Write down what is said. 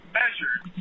measured